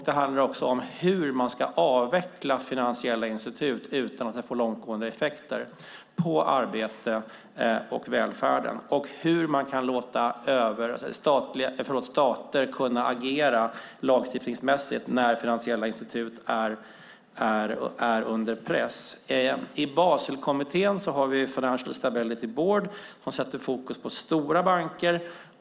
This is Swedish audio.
Det handlar också om hur man ska avveckla finansiella institut utan att det får långtgående effekter på arbete och välfärd. Det handlar dessutom om hur man kan låta stater agera lagstiftningsmässigt när finansiella institut är under press. I Baselkommittén har vi Financial Stability Board som sätter fokus på stora banker.